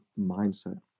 mindset